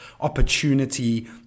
opportunity